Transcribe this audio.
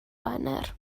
wener